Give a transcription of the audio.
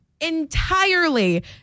entirely